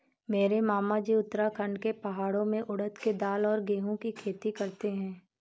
मेरे मामाजी उत्तराखंड के पहाड़ों में उड़द के दाल और गेहूं की खेती करते हैं